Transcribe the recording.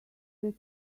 that